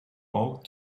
ought